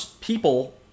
people